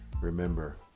Remember